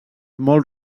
molt